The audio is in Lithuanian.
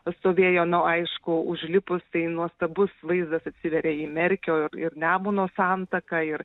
stovėjo na aišku užlipus tai nuostabus vaizdas atsiveria į merkio ir nemuno santaką ir